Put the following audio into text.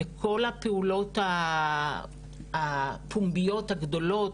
בכל הפעולות הפומביות הגדולות,